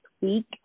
week